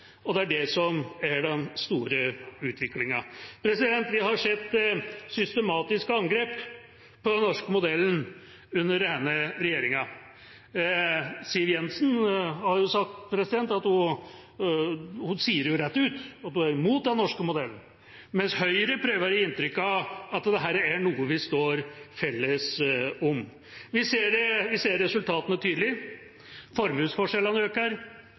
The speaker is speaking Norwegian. velferden. Det er det som er den store utviklingen. Vi har sett systematiske angrep på den norske modellen under denne regjeringa. Siv Jensen sier rett ut at hun er imot den norske modellen, mens Høyre prøver å gi inntrykk av at dette er noe vi står sammen om. Vi ser resultatene tydelig. Formuesforskjellene øker,